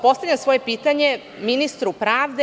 Postavljam svoje pitanje ministru pravde.